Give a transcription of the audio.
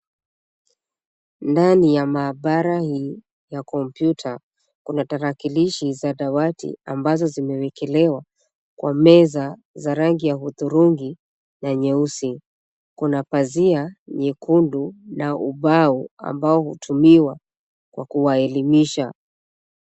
Ndani ya maabara hii ya kompyuta kuna tarakilishi za dawati ambazo zimewekelewa kwa meza za rangi ya hudhurungi na nyeusi. Kuna pazia nyekundu na ubao ambao hutumiwa kwa kuwaelimisha.